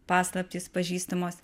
paslaptys pažįstamos